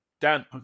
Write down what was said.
Dan